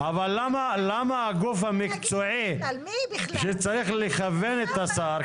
למה הגוף המקצועי שצריך לכוון את השר,